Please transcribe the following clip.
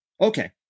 Okay